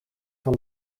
van